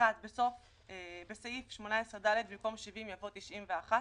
(1) בסעיף 18ד, במקום '70' יבוא '91'".